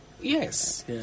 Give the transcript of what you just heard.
Yes